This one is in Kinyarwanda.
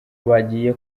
bagiye